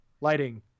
lighting